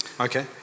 Okay